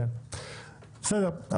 בסדר.